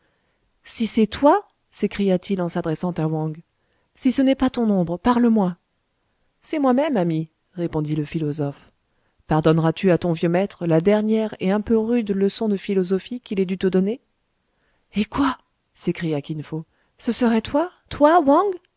si c'est toi s'écria-t-il en s'adressant à wang si ce n'est pas ton ombre parle-moi c'est moi-même ami répondit le philosophe pardonneras tu à ton vieux maître la dernière et un peu rude leçon de philosophie qu'il ait dû te donner eh quoi s'écria kin fo ce serait toi toi wang